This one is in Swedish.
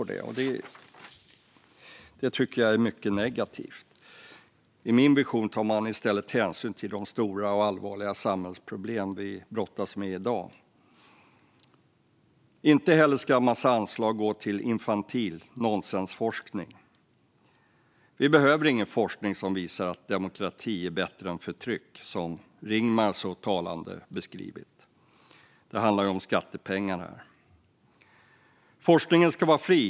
Det är mycket negativt. I min vision tar man i stället hänsyn till de stora och allvarliga samhällsproblem vi brottas med i dag. Inte heller ska en massa anslag gå till infantil nonsensforskning. Vi behöver inte forskning som visar att demokrati är bättre än förtryck, vilket Ringmar så talande har beskrivit. Det här handlar om skattepengar. Forskningen ska vara fri.